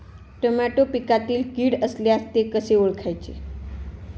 Tomato पिकातील कीड असल्यास ते कसे ओळखायचे?